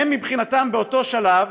הם מבחינתם באותו שלב